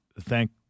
Thank